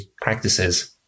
practices